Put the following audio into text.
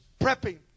prepping